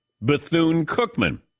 Bethune-Cookman